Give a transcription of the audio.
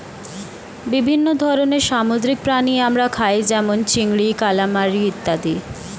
বিভিন্ন ধরনের সামুদ্রিক প্রাণী আমরা খাই যেমন চিংড়ি, কালামারী ইত্যাদি